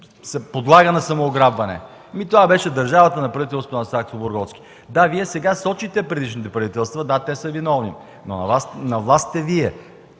подлага на самоограбване? Това беше държавата при правителството на Сакскобургготски. Да, Вие сега сочите предишните правителства, да, те са виновни, но на власт сте вие